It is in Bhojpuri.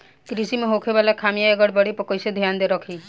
कृषि में होखे वाला खामियन या गड़बड़ी पर कइसे ध्यान रखि?